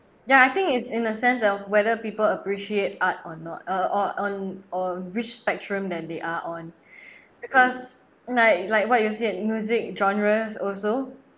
ya I think it's in a sense of whether people appreciate art or not uh on on or which spectrum that they are on because like like what you said music genres also